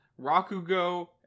Rakugo